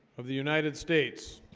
of the united states